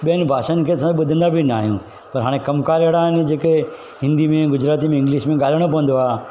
ॿियनि भाषाउनि खे असां ॿुधंदा बि न आहियूं त हाणे कमकार अहिड़ा आहिनि जेके हिंदी में गुजराती में इंग्लिश में ॻाल्हाइणो पवंदो आहे